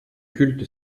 culte